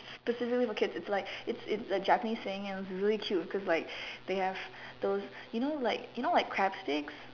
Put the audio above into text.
specifically for kids it's like it's it's a Japanese thing and it is really cute cause like they have those you know like you like crab sticks